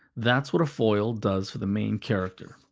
that's what a foil does for the main character.